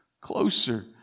closer